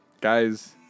Guys